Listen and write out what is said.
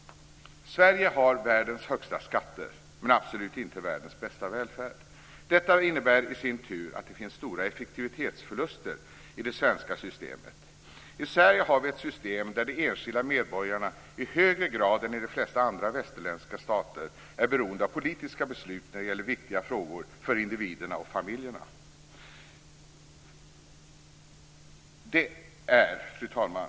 Sverige har världens högsta skatter men absolut inte världens bästa välfärd. Detta innebär i sin tur att det finns stora effektivitetsförluster i det svenska systemet. I Sverige har vi ett system där de enskilda medborgarna i högre grad än i de flesta andra västerländska stater är beroende av politiska beslut när det gäller viktiga frågor för individerna och familjerna. Fru talman!